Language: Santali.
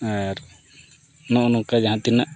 ᱟᱨ ᱱᱚᱜᱼᱚ ᱱᱚᱝᱠᱟ ᱡᱟᱦᱟᱸ ᱛᱤᱱᱟᱹᱜ